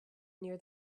near